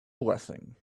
blessing